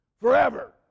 Forever